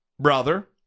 brother